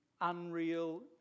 unreal